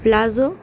palazzo